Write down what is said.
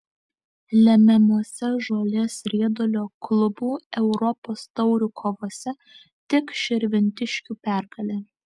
lemiamose žolės riedulio klubų europos taurių kovose tik širvintiškių pergalė